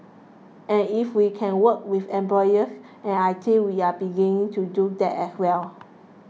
and if we can work with employers and I think we're beginning to do that as well